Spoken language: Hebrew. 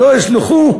לא יסלחו,